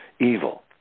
evil